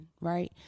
right